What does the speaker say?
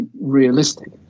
realistic